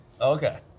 Okay